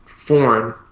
foreign